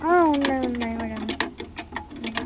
ఉన్నాయి ఉన్నాయి మేడం